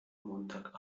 montag